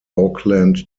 auckland